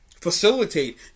facilitate